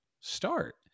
start